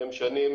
שהן שנים,